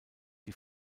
die